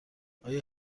آیا